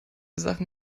sachen